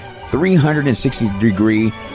360-degree